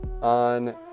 on